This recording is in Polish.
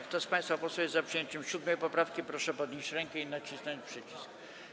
Kto z państwa posłów jest za przyjęciem 7. poprawki, proszę podnieść rękę i nacisnąć przycisk.